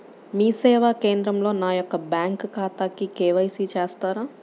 మీ సేవా కేంద్రంలో నా యొక్క బ్యాంకు ఖాతాకి కే.వై.సి చేస్తారా?